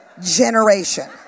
generation